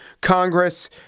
Congress